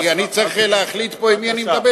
אני צריך להחליט פה עם מי אני מדבר.